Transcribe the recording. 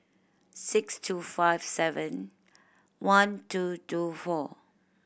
six two five seven one two two four